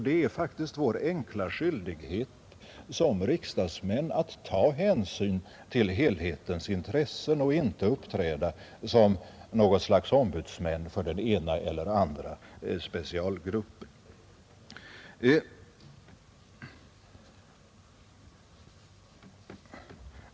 Det är faktiskt vår enkla skyldighet som riksdagsmän att ta hänsyn till helhetens intressen och inte uppträda som något slags ombudsmän för den ena eller andra specialgruppen.